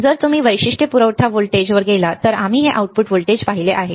जर तुम्ही वैशिष्ट्ये पुरवठा व्होल्टेज वर गेलात तर आम्ही हे आउटपुट पाहिले आहे